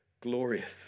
glorious